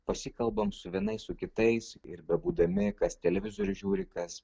pasikalbam su vienais su kitais ir bebūdami kas televizorių žiūri kas